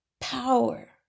power